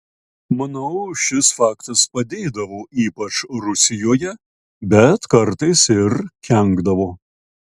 manau šis faktas padėdavo ypač rusijoje bet kartais ir kenkdavo